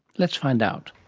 let's find out.